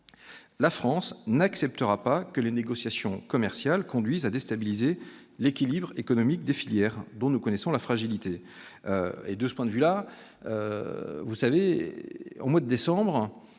la France n'acceptera pas que les négociations commerciales conduisent à déstabiliser l'équilibre économique des filières dont nous connaissons la fragilité. Et de ce point de vue là vous savez au mois décembre